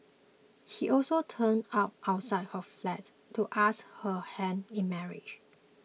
he also turned up outside her flat to ask her hand in marriage